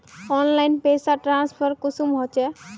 Online पैसा transfer कुंसम होचे?